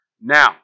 Now